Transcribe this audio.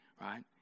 Right